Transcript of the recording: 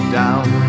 down